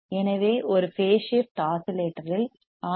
எனவே ஒரு phase shift ஆஸிலேட்டரில் ஆர்